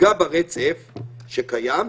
יפגע ברצף שקיים,